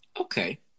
Okay